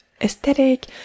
aesthetic